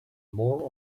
more